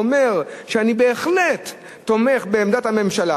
והוא אומר: אני בהחלט תומך בעמדת הממשלה